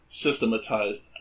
systematized